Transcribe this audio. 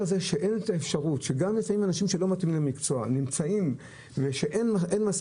זה שגם אנשים שלפעמים לא מתאימים למקצוע נמצאים בגלל שיש מחסור,